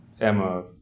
emma